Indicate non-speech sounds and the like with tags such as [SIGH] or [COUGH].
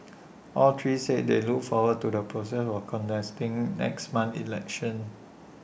[NOISE] all three said they look forward to the process of contesting next month's election